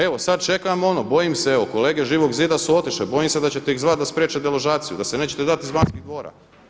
Evo sada čekam ono, bojim se evo kolege iz Živog zida su otišle, bojim se da ćete iz zvati da spriječe deložaciju, da se nećete dati iz Banskih dvora.